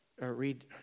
read